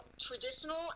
traditional